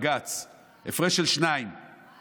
הפרש של שניים, אחד.